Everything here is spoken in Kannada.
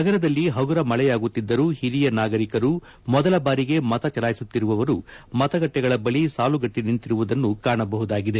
ನಗರದಲ್ಲಿ ಹಗುರ ಮಳೆಯಾಗುತ್ತಿದ್ದರೂ ಹಿರಿಯ ನಾಗರಿಕರು ಮೊದಲ ಬಾರಿಗೆ ಮತ ಚಲಾಯಿಸುತ್ತಿದ್ದವರು ಮತಗಟ್ಟೆಗಳ ಬಳಿ ಸಾಲುಗಟ್ಟ ನಿಂತಿದ್ದನ್ನು ಕಾಣಬಹುದಾಗಿದೆ